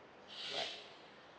right